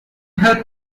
help